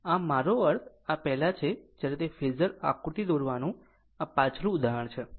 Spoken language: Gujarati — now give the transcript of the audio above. આમ મારો અર્થ આ પહેલાં છે જ્યારે તે ફેઝર આકૃતિ દોરવાનું આ પાછલું ઉદાહરણ છે